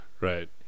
Right